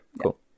cool